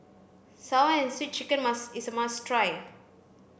sour and sweet chicken must is a must try